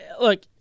look